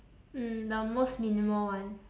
mm the most minimal one